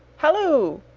halloo!